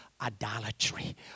idolatry